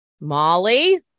Molly